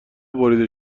بریده